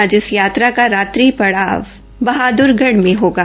आज इस यात्रा का रात्रि पड़ाव बहाद्रगढ़ में होगा